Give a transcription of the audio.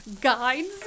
guides